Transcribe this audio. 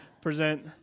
present